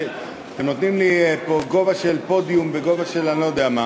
אתם נותנים לי פה פודיום בגובה של אני לא יודע מה.